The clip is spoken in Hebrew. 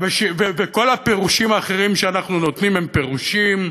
וכל הפירושים האחרים שאנחנו נותנים הם פירושים.